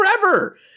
forever